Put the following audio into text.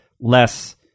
less